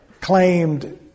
claimed